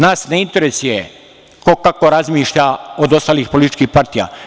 Nas ne interesuje ko kako razmišlja od ostalih političkih partija.